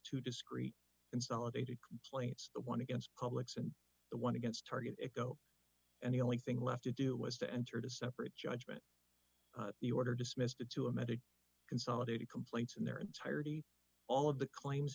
two discrete and celebrated complaints one against publics and the one against target it go and the only thing left to do was to enter to separate judgement the order dismissed due to a medic consolidated complaints in their entirety all of the claims